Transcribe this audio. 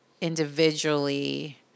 individually